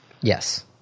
Yes